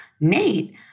Nate